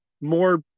more